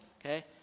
okay